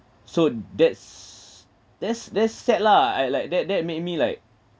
so that's that's that's sad lah I'd like that that made me like